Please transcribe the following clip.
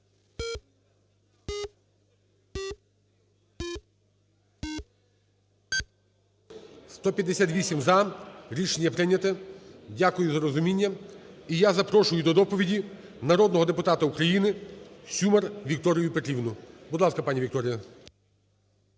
За-158 Рішення прийняте. Дякую за розуміння. І я запрошую до доповіді народного депутата України Сюмар Вікторію Петрівну. Будь ласка, пані Вікторія.